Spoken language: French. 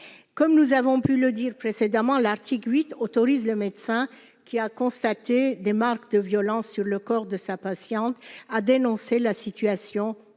comme nous avons pu le dire précédemment, l'article 8 autorise le médecin qui a constaté des marques de violence sur le corps de sa patiente a dénoncé la situation